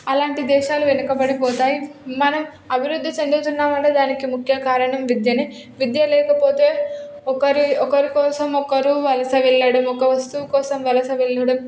అలాంటి దేశాలు వెనుకబడి పోతాయి మనం అభివృద్ధి చెందుతున్నాం అంటే దానికి ముఖ్య కారణం విద్యనే విద్య లేకపోతే ఒకరి ఒకరి కోసం ఒకరు వలస వెళ్ళడం ఒక వస్తువు కోసం వలస వెళ్ళడం